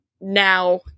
now